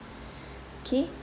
K